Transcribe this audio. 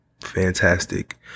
fantastic